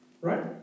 Right